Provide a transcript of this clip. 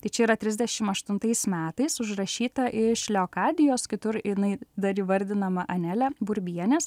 tai čia yra trisdešim aštuntais metais užrašyta iš leokadijos kitur jinai dar įvardinama anele burbienės